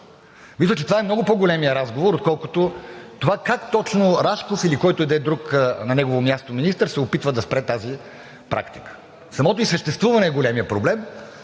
Мисля, че това е много по-големият разговор, отколкото това как точно Рашков – или който и да е друг на негово място министър, се опитва да спре тази практика. Самото ѝ съществуване е големият проблем